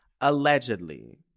Allegedly